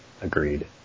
Agreed